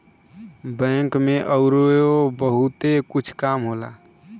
bank में अउरो बहुते कुछ काम होला